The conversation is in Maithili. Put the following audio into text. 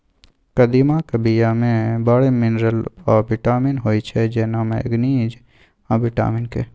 कदीमाक बीया मे बड़ मिनरल आ बिटामिन होइ छै जेना मैगनीज आ बिटामिन के